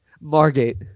Margate